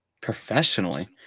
professionally